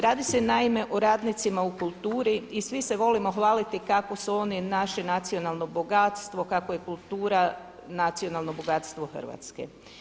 Radi se naime o radnicima u kulturi i svi se volimo hvaliti kako su oni naše nacionalno bogatstvo, kako je kultura nacionalno bogatstvo Hrvatske.